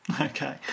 Okay